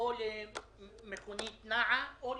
או לפעילות במכונית או כל